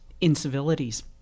incivilities